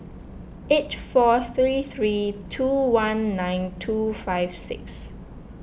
eight four three three two one nine two five six